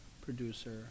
producer